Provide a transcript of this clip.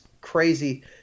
crazy